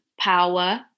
Power